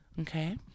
Okay